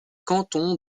cantons